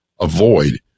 avoid